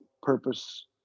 purpose